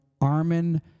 Armin